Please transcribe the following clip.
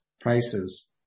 prices